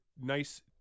nice